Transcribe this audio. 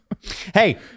hey